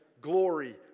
glory